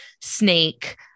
snake